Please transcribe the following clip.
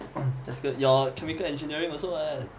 just~ your chemical engineering also what